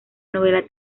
novela